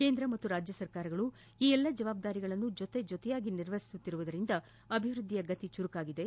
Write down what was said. ಕೇಂದ್ರ ಮತ್ತು ರಾಜ್ಯ ಸರ್ಕಾರಗಳು ಈ ಎಲ್ಲ ಜವಾಬ್ದಾರಿಗಳನ್ನು ಜೊತೆಜೊತೆಯಾಗಿ ನಿರ್ವಹಿಸುತ್ತಿರುವುದರಿಂದ ಅಭಿವ್ಯದ್ಗಿಯ ಗತಿ ಚುರುಕಾಗಿದೆ